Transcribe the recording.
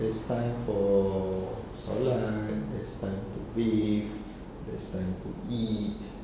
there's time for solat there's time to bath there's time to eat